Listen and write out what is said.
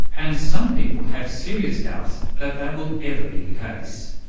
and some people have serious doubts that that will ever be the case.